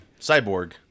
Cyborg